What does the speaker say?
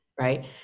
Right